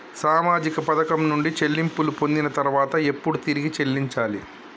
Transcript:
సామాజిక పథకం నుండి చెల్లింపులు పొందిన తర్వాత ఎప్పుడు తిరిగి చెల్లించాలి?